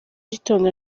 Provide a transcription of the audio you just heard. gitondo